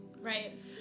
Right